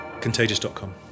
Contagious.com